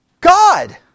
God